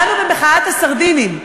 דנו במחאת הסרדינים.